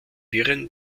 wirren